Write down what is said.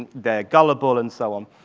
they're gullible, and so on.